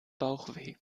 bauchweh